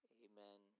amen